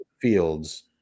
Fields